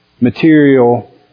material